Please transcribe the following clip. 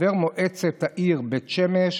חבר מועצת העיר בית שמש,